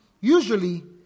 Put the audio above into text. Usually